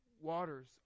waters